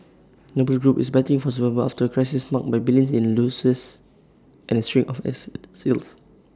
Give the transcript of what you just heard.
noble group is battling for survival after A crisis marked by billions in losses and A string of asset sales